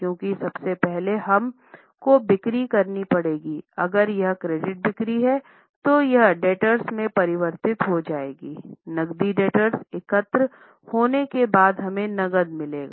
क्योंकि सबसे पहले हम को बिक्री करनी पड़ेगी अगर यह क्रेडिट बिक्री है तो यह डेब्टर्स में परिवर्तित हो जाएगी नकदी डेब्टर्स एकत्र होने के बाद हमें नकद मिलेगा